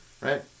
right